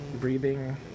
Breathing